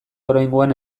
oraingoan